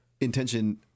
intention